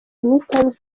newtimes